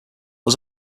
was